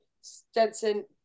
Stenson